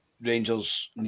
Rangers